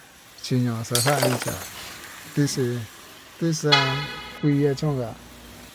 Chiño'o xaxani chá tixii tixa'á kuiá chonka.